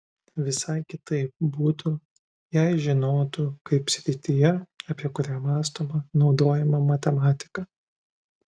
visai kitaip būtų jei žinotų kaip srityje apie kurią mąstoma naudojama matematika